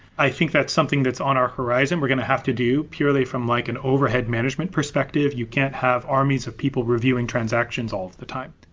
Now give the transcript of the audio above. i think that's something that's on our horizon we're going to have to do purely from like an overhead management perspective. you can't have armies of people reviewing transactions all the time.